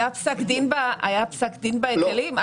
היה פסק דין בהיטלים?